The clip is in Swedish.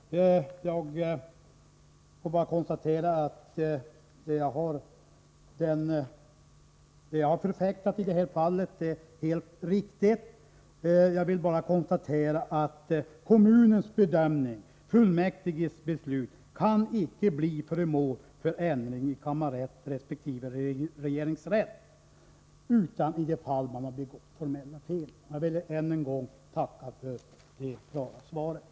Vad jag förfäktat i detta fall är alltså helt riktigt. Jag vill bara konstatera att kommunfullmäktiges beslut inte kan bli föremål för ändring i kammarrätten resp. regeringsrätten annat än om formella fel begåtts. Nr 86 Jag vill än en gång tacka för det klara svaret.